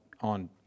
on